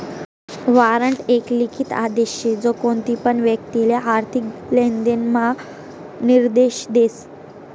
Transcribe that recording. warrant एक लिखित आदेश शे जो कोणतीपण व्यक्तिले आर्थिक लेनदेण म्हा निर्देश देस